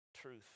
truth